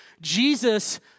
Jesus